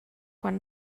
quan